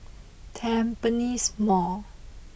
Tampines Mall